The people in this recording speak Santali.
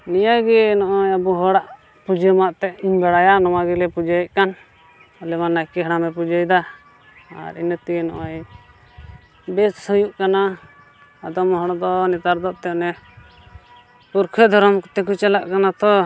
ᱱᱤᱭᱟᱹᱜᱮ ᱱᱚᱜᱼᱚᱭ ᱟᱵᱚ ᱦᱚᱲᱟᱜ ᱯᱩᱡᱟᱹ ᱢᱟ ᱮᱱᱛᱮᱫ ᱤᱧ ᱵᱟᱲᱟᱭᱟ ᱱᱚᱣᱟ ᱜᱮᱞᱮ ᱯᱩᱡᱟᱹᱭᱮᱫ ᱠᱟᱱ ᱟᱞᱮ ᱢᱟ ᱱᱟᱭᱠᱮ ᱦᱟᱲᱟᱢᱮ ᱯᱩᱡᱟᱹᱭᱮᱫᱟ ᱟᱨ ᱤᱱᱟᱹᱜ ᱛᱮᱜᱮ ᱱᱚᱜᱼᱚᱭ ᱵᱮᱥ ᱦᱩᱭᱩᱜ ᱠᱟᱱᱟ ᱟᱫᱚᱢ ᱦᱚᱲᱫᱚ ᱱᱮᱛᱟᱨ ᱫᱚ ᱮᱱᱛᱮᱫ ᱚᱱᱮ ᱯᱩᱨᱠᱷᱟᱹ ᱫᱷᱚᱨᱚᱢ ᱛᱮᱠᱚ ᱪᱟᱞᱟᱜ ᱠᱟᱱᱟ ᱛᱚ